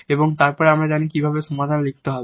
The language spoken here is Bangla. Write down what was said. এবং তারপর আমরা জানি কিভাবে সমাধান লিখতে হবে